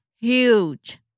huge